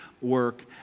work